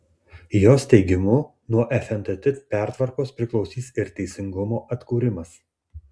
jos teigimu nuo fntt pertvarkos priklausys ir teisingumo atkūrimas